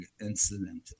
incident